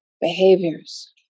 behaviors